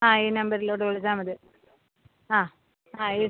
ആ ഈ നമ്പരിലോട്ട് വിളിച്ചാൽ മതി ആ ആ ഈ